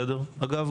אגב,